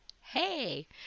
Hey